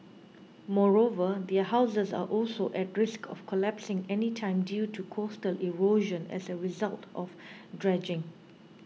moreover their houses are also at risk of collapsing anytime due to coastal erosion as a result of dredging